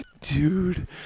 dude